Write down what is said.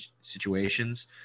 situations